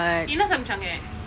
என்ன சமைச்சாங்கே:enna samaichangae